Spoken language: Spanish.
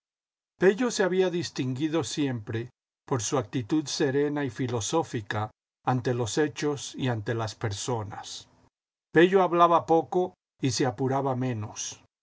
se había distinguido siempre por su actitud serena y filosófica ante los hechos y ante las personas pello hablaba poco y se apuraba menos